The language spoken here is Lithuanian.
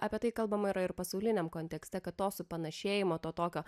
apie tai kalbama yra ir pasauliniam kontekste kad to supanašėjimo to tokio